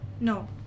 no